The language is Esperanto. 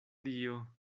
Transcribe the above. dio